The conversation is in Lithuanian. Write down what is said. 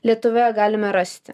lietuvoje galime rasti